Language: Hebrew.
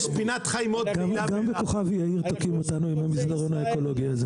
גם בכוכב יאיר תוקעים אותנו עם המסדרון האקולוגי.